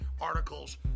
articles